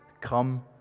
come